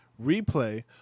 replay